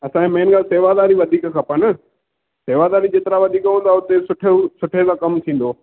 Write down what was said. असांखे मेन ॻाल्हि सेवादारी वधीक खपनि सेवादारी जेतिरा वधीक हूंदा ओतिरा सुठे सुठे सां कमु थींदो